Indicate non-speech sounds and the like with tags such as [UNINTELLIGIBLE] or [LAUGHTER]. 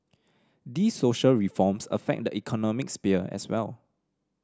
these social reforms affect the economic [UNINTELLIGIBLE] as well